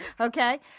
Okay